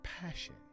passion